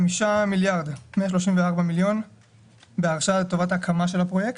חמישה מיליארד ו-134 מיליון ₪ בהרשאה לטובת הקמה של הפרויקט,